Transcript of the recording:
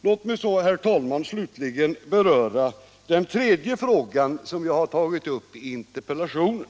Låt mig så, herr talman, slutligen beröra den tredje frågan som jag har tagit upp i interpellationen.